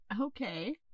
Okay